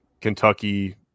Kentucky